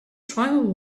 tribal